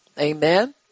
Amen